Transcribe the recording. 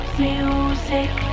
music